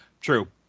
True